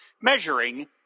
measuring